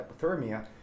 hypothermia